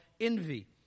envy